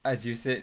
as you said